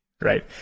right